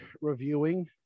reviewing